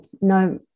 no